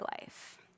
life